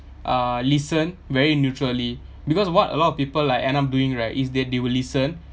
ah listen very neutrally because of what a lot of people like end up doing right is that they will listen